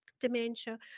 dementia